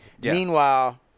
Meanwhile